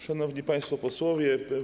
Szanowni Państwo Posłowie!